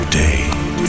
day